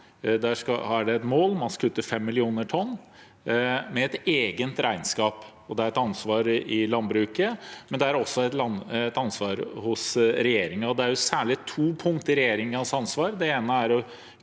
sagt et mål at man skal kutte 5 millioner tonn med et eget regnskap. Det er et ansvar hos landbruket, men det er også et ansvar hos regjeringen. Det er særlig to punkter med tanke på regjeringens ansvar.